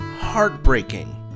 heartbreaking